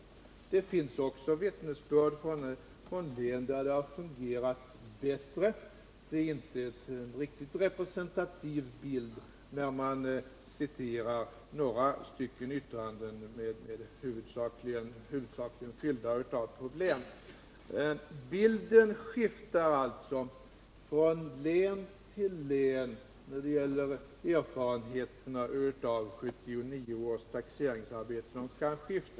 Men det finns också vittnesbörd från län där det har fungerat bättre. Att citera några yttranden där det huvudsakligen talas om problem ger inte en riktigt representativ bild. När det gäller erfarenheterna av 1979 års taxeringsarbete skiftar alltså bilden från län till län.